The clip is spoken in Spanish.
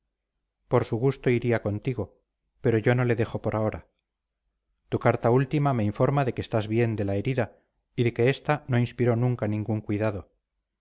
por su gusto iría contigo pero yo no le dejo por ahora tu carta última me informa de que estás bien de la herida y de que esta no inspiró nunca ningún cuidado